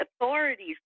authorities